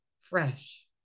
fresh